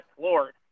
lord